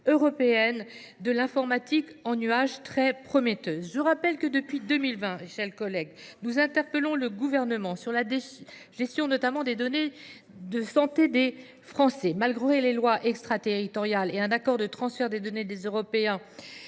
européenne de l’informatique en nuage très prometteuse. Je rappelle que, depuis 2020, nous interpellons le Gouvernement sur la gestion des données de santé des Français. Malgré des lois extraterritoriales et un accord sur le transfert de données de l’Union